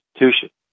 institution